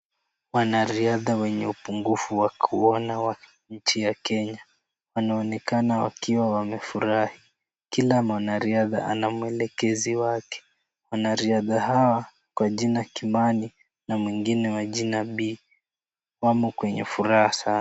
Wanariadha wenye upungufu wa kuona wa nchi ya Kenya wanaonekana wakiwa wamefurahi. Kila mwanariadha ana mwelekezi wake. Wanariadha hawa kwa jina Kimani na mwingine wa jina Bii wamo kwenye furaha sana.